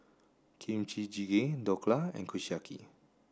Kimchi Jjigae Dhokla and Kushiyaki